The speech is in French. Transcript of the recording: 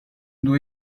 dois